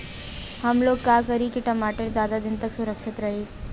हमलोग का करी की टमाटर ज्यादा दिन तक सुरक्षित रही?